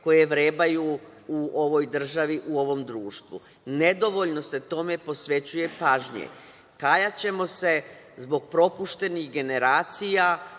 koje vrebaju u ovoj državi, u ovom društvu. Nedovoljno se tome posvećuje pažnje. Kajaćemo se zbog propuštenih generacija